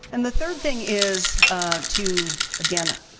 and the third thing is to, again,